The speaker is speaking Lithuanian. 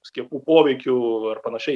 skiepų poveikių ar panašiai